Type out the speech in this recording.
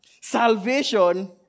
Salvation